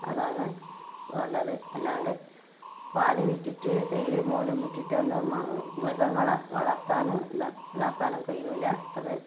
അതാണ് വേണ്ടത് അല്ലാണ്ട് പാൽ വിറ്റിട്ട് തൈര് മോരും വിറ്റിട്ടൊന്നും മൃഗങ്ങളെ വളർത്താൻ ഉള്ള ഇതാക്കാനും കഴിയൂല്ല അത്